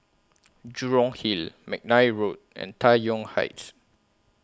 Jurong Hill Mcnair Road and Tai Yuan Heights